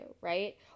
right